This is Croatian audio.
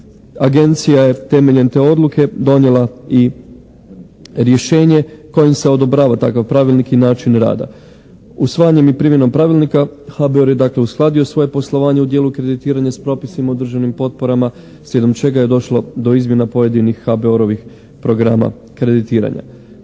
Agencija je temeljem te odluke donijela i rješenje kojim se odobrava takav pravilnik i način rada. Usvajanjem i primjenom pravilnika HBOR je dakle uskladio svoje poslovanje u dijelu kreditiranja s propisima o državnim potporama slijedom čega je došlo do izmjena pojedinih HBOR-ovih programa kreditiranja.